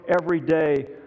everyday